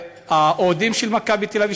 האוהדים של "מכבי תל-אביב",